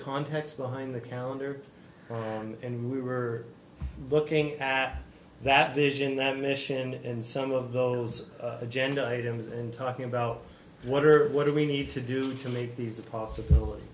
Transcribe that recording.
context behind the counter and we were looking at that vision that mission and some of those agenda items and talking about what are what do we need to do to make these a possibility